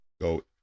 go